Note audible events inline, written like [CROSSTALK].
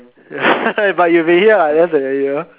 [LAUGHS] but you have been here like less than a year